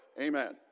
Amen